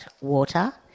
water